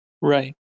Right